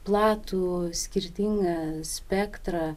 platų skirtingą spektrą